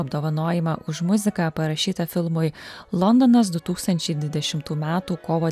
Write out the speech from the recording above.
apdovanojimą už muziką parašytą filmui londonas du tūkstančiai dvidešimtų metų kovo